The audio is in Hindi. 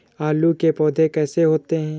आलू के पौधे कैसे होते हैं?